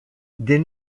des